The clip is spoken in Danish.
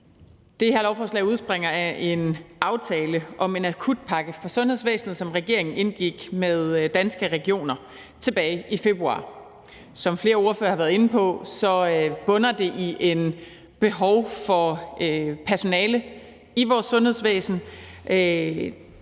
Det her lovforslag udspringer af en aftale om en akutpakke for sundhedsvæsenet, som regeringen indgik med Danske Regioner tilbage i februar. Som flere ordførere har været inde på, bunder det i et behov for personale i vores sundhedsvæsen.